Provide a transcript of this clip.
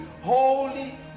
holy